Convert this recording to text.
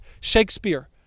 Shakespeare